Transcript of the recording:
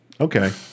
Okay